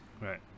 Right